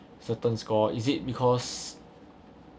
certain score is it because